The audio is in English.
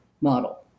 model